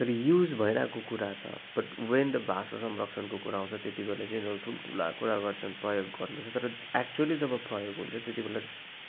तर युज भइरहेको कुरा छ बट् ह्वेन द भाषा संरक्षणको कुरा आउँछ त्यति बेला चाहिँ यिनीहरू ठुल्ठुला कुरा गर्छन् प्रयोग गर्नु पर्छ तर एक्चुली जब प्रयोग हुन्छ त्यति बेला